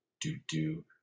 do-do